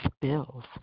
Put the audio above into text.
bills